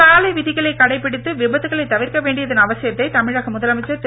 சாலை விதிகளை கடைபிடித்து விபத்துக்களை தவிர்க்க வேண்டியதன் அவசியத்தை தமிழக முதலமைச்சர் திரு